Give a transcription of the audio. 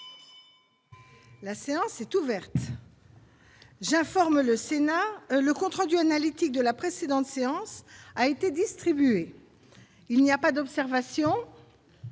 La séance est ouverte. Le compte rendu analytique de la précédente séance a été distribué. Il n'y a pas d'observation